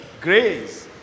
Grace